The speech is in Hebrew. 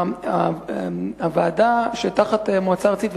הוועדה שתחת המועצה הארצית,